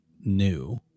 new